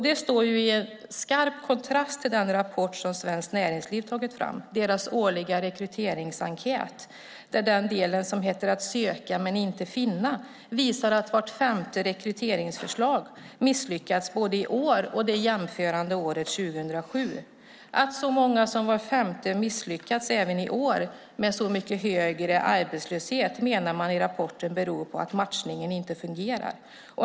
Det står i skarp kontrast till den rapport som Svenskt Näringsliv tagit fram, deras årliga rekryteringsenkät, där den del som heter "Att söka men inte finna" visar att vart femte rekryteringsförslag misslyckats både i år och det jämförande året 2007. Att så många som var femte misslyckats även i år med så mycket högre arbetslöshet menar man i rapporten beror på att matchningen inte fungerar.